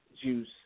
juice